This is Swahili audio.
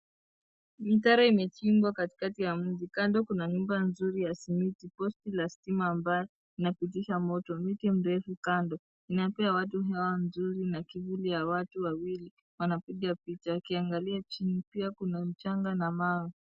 Mitaro imechimbwa katikati ya mji. Kando kuna nyumba nzuri ya simiti. Posti la stima ambalo inapitisha moto. Mti mrefu kando inapea watu hewa nzuri na kivuli ya watu wawili wanapiga picha akiangalia chini .pia kuna mchanga na mawe.